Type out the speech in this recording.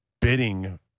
bidding